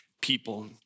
people